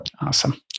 Awesome